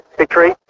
victory